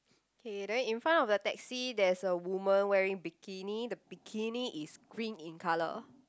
okay then in front of the taxi there's a woman wearing bikini the bikini is green in colour